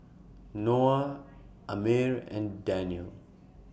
Noah Ammir and Danial